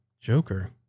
joker